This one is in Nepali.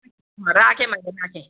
राखेँ मैले राखेँ